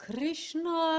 Krishna